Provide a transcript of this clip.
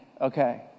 okay